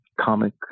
comic